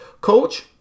coach